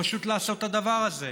פשוט לעשות את הדבר הזה.